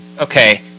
Okay